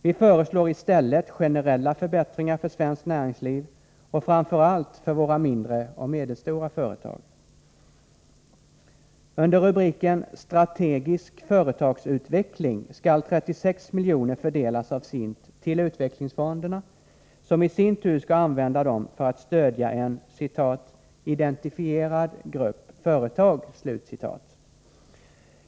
Vi föreslår i stället generella förbättringar för svenskt näringsliv och framför allt för våra mindre och medelstora företag. Under rubriken Strategisk företagsutveckling skall 36 miljoner fördelas av SIND till utvecklingsfonderna, som i sin tur skall använda dem för att stödja en ”identifierad grupp företag”.